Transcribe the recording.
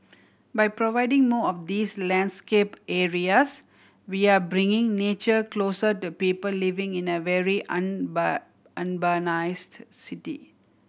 by providing more of these landscape areas we're bringing nature closer to people living in a very urbanised city